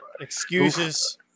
Excuses